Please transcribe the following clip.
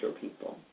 people